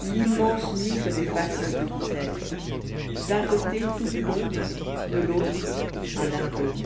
l'immense nuit faisait face à ce petit être d'un côté toute l'ombre de l'autre un atome